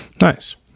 Nice